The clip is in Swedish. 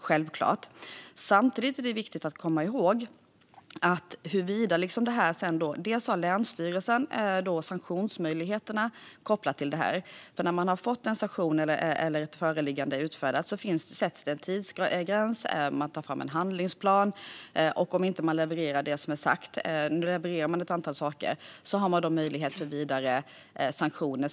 Samtidigt är det viktigt att komma ihåg att det är länsstyrelsen som har sanktionsmöjligheterna i detta sammanhang. När en sanktion eller ett föreläggande har utfärdats sätts en tidsgräns, och en handlingsplan tas fram. Man levererar ett antal saker, och om man inte levererar det som sagts finns möjlighet till vidare sanktioner.